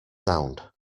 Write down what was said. sound